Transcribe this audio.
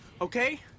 Okay